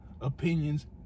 opinions